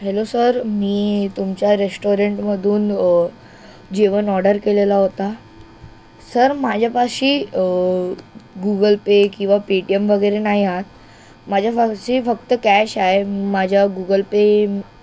hello sir मी तुमच्या रेस्टॉरंटमधून जेवण ऑर्डर केलेला होता सर माझ्यापाशी गूगल पे किंवा पेटीएम वगैरे नाही आहे माझ्यापाशी फक्त कॅश आहे माझ्या गूगल पे